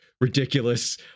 ridiculous